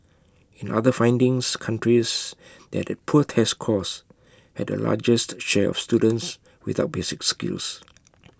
in other findings countries that had poor test scores had the largest share of students without basic skills